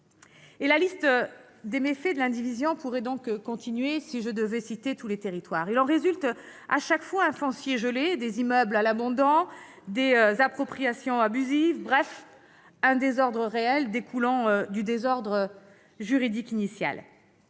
la liste des méfaits de l'indivision, en citant tous les territoires concernés. Il en résulte chaque fois un foncier gelé, des immeubles à l'abandon, des appropriations abusives, bref, un désordre réel découlant du désordre juridique initial.